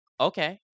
Okay